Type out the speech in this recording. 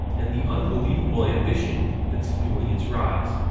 and the unbelievable ambition that's fueling its rise.